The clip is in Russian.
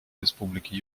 республики